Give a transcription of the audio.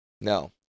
No